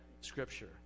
scripture